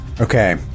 Okay